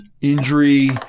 injury